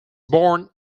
born